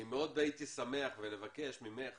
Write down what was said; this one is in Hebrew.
אני מאוד הייתי שמח לבקש ממך